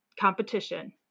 competition